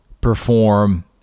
perform